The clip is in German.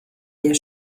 der